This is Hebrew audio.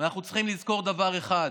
אנחנו צריכים לזכור דבר אחד: